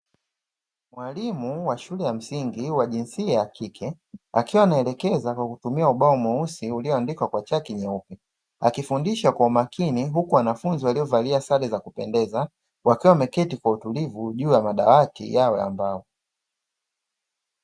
Mwalimu wa shule ya msingi wa jinsia ya kike, akiwa anaelekeza kwa kutumia ubao mweusi ulioandikwa kwa chaki nyeupe, akifundisha kwa umakini, huku wanafunzi waliovalia sare za kupendeza wakiwa wameketi kwa utulivu juu ya madawati yao ya mbao.